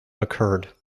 occurred